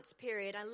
period